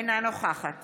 אינה נוכחת